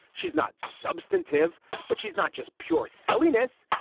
she's not substantive but she's not just pure silliness.